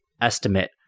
estimate